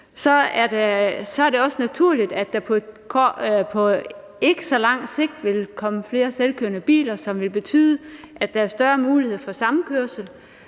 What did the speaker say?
så er det også naturligt, at der på ikke så lang sigt vil komme flere selvkørende biler, hvilket vil betyde, at der er større mulighed for samkørsel,